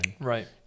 Right